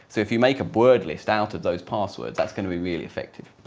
so if you make a word list out of those passwords that's going to be really effective.